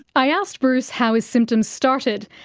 i asked bruce how his symptoms started,